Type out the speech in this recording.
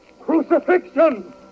crucifixion